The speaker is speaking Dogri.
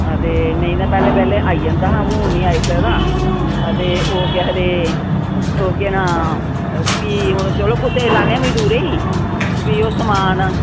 अदे नेईं तां पैह्ले पैह्ले आई जंदा हा हून नेईं आई सकदा अते ओह् केह् आखदे ओह् केह् नांऽ फ्ही ओह् चलो कुसै लान्ने आं मजदूरै गी फ्ही ओह् समान